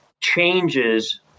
changes